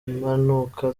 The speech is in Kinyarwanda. mpanuka